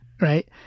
right